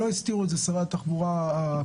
שלא הוסתרה על ידי שרי התחבורה הקודמים,